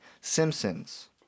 Simpsons